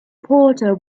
porter